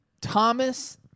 Thomas